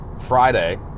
Friday